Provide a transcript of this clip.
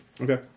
Okay